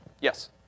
Yes